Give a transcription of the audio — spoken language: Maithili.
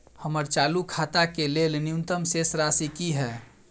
हमर चालू खाता के लेल न्यूनतम शेष राशि की हय?